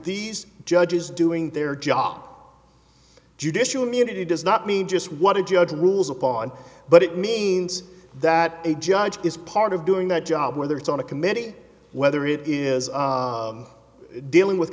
these judges doing their job judicial immunity does not mean just what a judge rules upon but it means that a judge is part of doing that job whether it's on a committee whether it is dealing with